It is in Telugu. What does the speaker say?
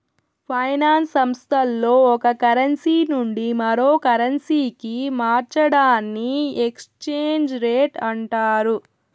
ఫైనాన్స్ సంస్థల్లో ఒక కరెన్సీ నుండి మరో కరెన్సీకి మార్చడాన్ని ఎక్స్చేంజ్ రేట్ అంటారు